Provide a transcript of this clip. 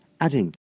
Adding